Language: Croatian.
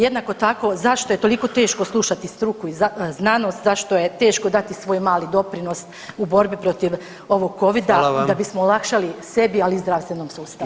Jednako tako zašto je toliko teško slušati struku i znanost, zašto je teško dati svoj mali doprinos u borbi protiv ovog Covida [[Upadica: Hvala vam.]] da bismo olakšali sebi ali i zdravstvenom sustavu.